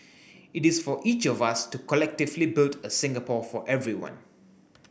it is for each of us to collectively build a Singapore for everyone